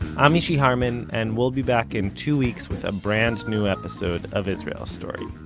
i'm mishy harman, and we'll be back in two weeks with a brand new episode of israel story.